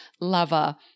lover